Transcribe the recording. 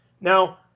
Now